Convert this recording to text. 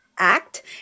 act